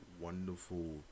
wonderful